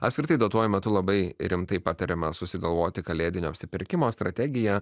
apskritai duotuoju metu labai rimtai patariama susigalvoti kalėdinio apsipirkimo strategiją